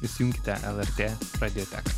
įsijunkite lrt radiotek